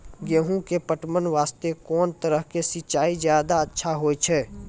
गेहूँ के पटवन वास्ते कोंन तरह के सिंचाई ज्यादा अच्छा होय छै?